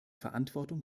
verantwortung